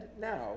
now